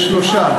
יש שלושה.